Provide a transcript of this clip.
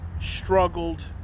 struggled